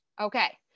Okay